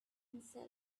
himself